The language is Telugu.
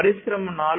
పరిశ్రమ 4